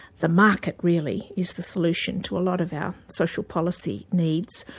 the market really is the solution to a lot of our social policy needs,